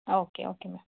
okay okay ma'am